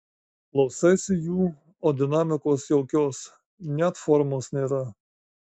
klausaisi jų o dinamikos jokios net formos nėra